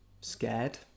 scared